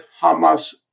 Hamas